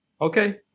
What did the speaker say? Okay